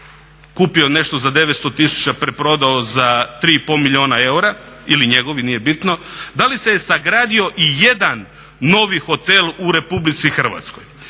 kupio nešto za 900 tisuća, preprodao za 3 i pol milijuna eura ili njegovi, nije bitno. Da li se je sagradio i jedan novi hotel u RH.